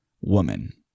woman